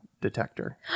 detector